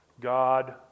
God